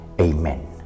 Amen